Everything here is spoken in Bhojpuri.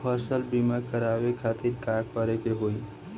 फसल बीमा करवाए खातिर का करे के होई?